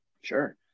Sure